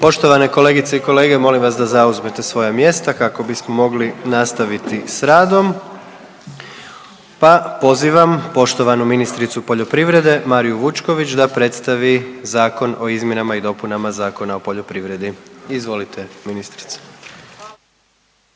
Poštovane kolegice i kolege molim vas da zauzmete svoja mjesta kako bismo mogli nastaviti s radom, pa pozivam poštovanu ministricu poljoprivrede Mariju Vučković da predstavi Zakon o izmjenama i dopuna Zakona o poljoprivredi. Izvolite ministrice.